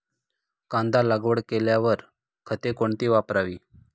कांदा लागवड केल्यावर खते कोणती वापरावी?